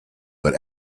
but